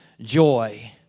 joy